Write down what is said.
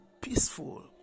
peaceful